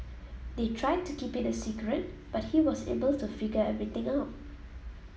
they tried to keep it a secret but he was able to figure everything out